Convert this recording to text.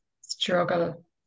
struggle